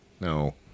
No